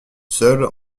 seuls